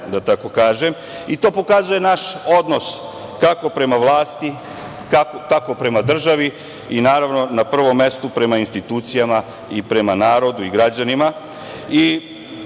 da tako kažem. To pokazuje naš odnos kako prema vlasti, tako prema državi i, naravno, na prvom mestu prema institucijama i prema narodu i građanima. Pokazali